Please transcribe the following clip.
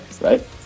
Right